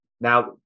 Now